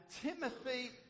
Timothy